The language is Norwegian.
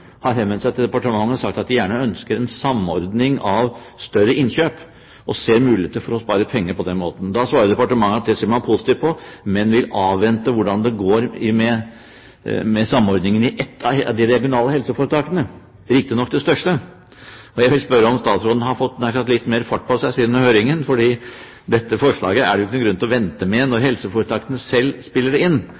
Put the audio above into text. har henvendt seg til departementene og sagt at de gjerne ønsker en samordning av større innkjøp, og at de ser muligheter for å spare penger på denne måten. Da svarer departementet at det ser man positivt på, men man vil vente og se hvordan det går med samordningen i ett av de regionale helseforetakene – riktignok det største. Jeg vil spørre om statsråden – jeg hadde nær sagt – har fått litt mer fart på seg siden høringen, fordi dette forslaget er det ikke noen grunn til å vente med når helseforetakene selv spiller det inn.